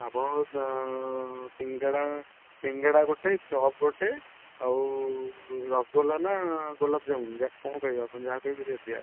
ଆପଣ ସିଙ୍ଗଡ଼ା ଗୋଟେ ଚପ୍ ଗୋଟେ ଆଉ ରସଗୋଲା ନା ଗୋଲାପଜାମୁନ୍ ଯାହା କଣ କହିବେ ଆପଣ ଯାହାକହିବେ ସେଇଆ ଦିଆହେବ